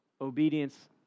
Obedience